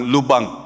Lubang